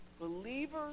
Believers